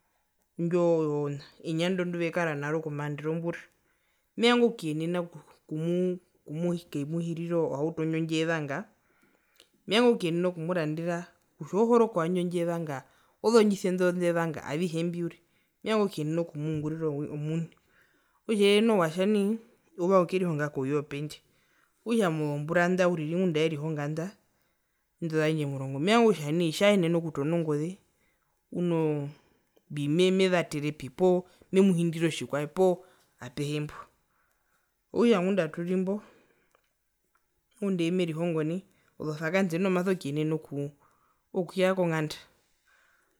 Indjo oo enyando nduvekara naro komaandero wombura mevanga okuyenena okumuu okumu okukemuhirira ohauto ndji ndjevanga mevanga okuyenena okumurandera kutja ohorokova ndji ndjevanga ozondjise ndo ndevanga avihe mbi uriri mevanga okuyenena okumungurira omuni okutja eye noho watja nai uvanga okukerihonga kouye wopendje okutja mozombura nda uriri ngunda aerihonga nda indo zandje omurongo mevanga kutja nai tjaenene okutona ongoze uno mbi me mevaterepi poo memuhindire otjikwae poo apehe mbo. Okutja ngunda aturimbo ngunda ee amerihongo nai ozovakansie noho maso kuyenena oku okuya kongnda.